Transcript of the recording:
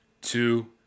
two